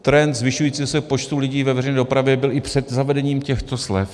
Trend zvyšujícího se počtu lidí ve veřejné dopravě byl i před zavedením těchto slev.